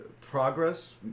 progress